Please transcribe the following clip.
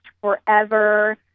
forever